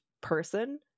person